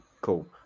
cool